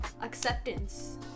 acceptance